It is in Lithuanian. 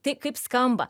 tai kaip skamba